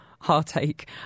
heartache